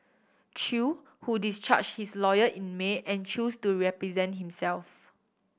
Chew who discharged his lawyer in May and chose to represent himself